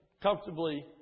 comfortably